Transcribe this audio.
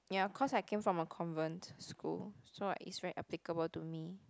yeah cause I came from a convent school so like it's very applicable to me